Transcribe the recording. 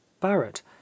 Barrett